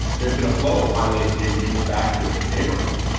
there's been a flow of highly educated people back to a few neighborhoods.